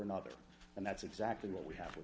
another and that's exactly what we have